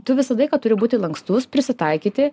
tu visą laiką turi būti lankstūs prisitaikyti